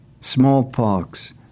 smallpox